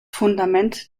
fundament